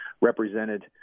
represented